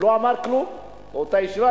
ולא אמר כלום באותה ישיבה,